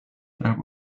that